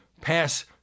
pass